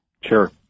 Sure